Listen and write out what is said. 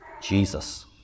Jesus